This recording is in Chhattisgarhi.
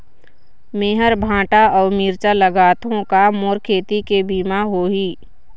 मेहर भांटा अऊ मिरचा लगाथो का मोर खेती के बीमा होही?